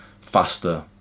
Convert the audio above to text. faster